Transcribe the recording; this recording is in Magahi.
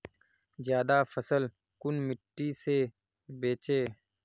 ज्यादा फसल कुन मिट्टी से बेचे?